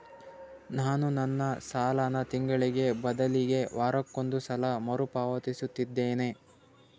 ನಾನು ನನ್ನ ಸಾಲನ ತಿಂಗಳಿಗೆ ಬದಲಿಗೆ ವಾರಕ್ಕೊಂದು ಸಲ ಮರುಪಾವತಿಸುತ್ತಿದ್ದೇನೆ